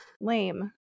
Lame